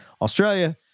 Australia